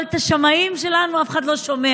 אבל את השמאים שלנו אף אחד לא שומע,